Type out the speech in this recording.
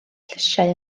llysiau